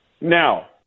Now